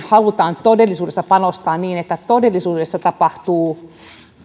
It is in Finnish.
halutaan todellisuudessa panostaa niin että todellisuudessa tapahtuu